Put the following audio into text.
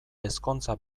ezkontza